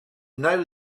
now